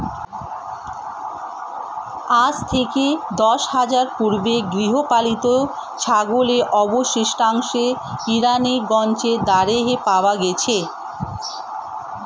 আজ থেকে দশ হাজার বছর পূর্বে গৃহপালিত ছাগলের অবশিষ্টাংশ ইরানের গঞ্জ দারেহে পাওয়া গেছে